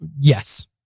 Yes